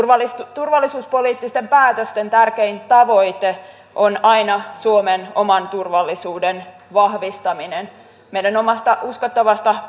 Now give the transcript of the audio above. turvallisuuspoliittisten päätösten tärkein tavoite on aina suomen oman turvallisuuden vahvistaminen meidän omasta uskottavasta